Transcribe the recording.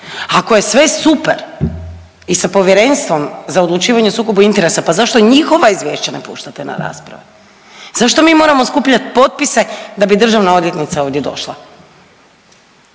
Ako je sve super i sa Povjerenstvom za odlučivanje o sukobu interesa pa zašto i njihova ne puštate na rasprave? Zašto mi moramo skupljat potpise da bi državna odvjetnica ovdje došla?